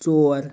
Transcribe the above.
ژور